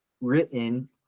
written